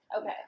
Okay